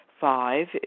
Five